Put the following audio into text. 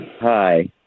Hi